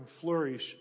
flourish